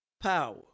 power